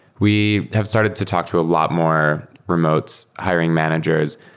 we have started to talk to a lot more remote hiring managers,